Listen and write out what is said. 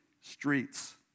streets